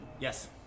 Yes